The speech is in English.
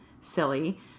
silly